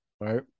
right